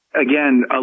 again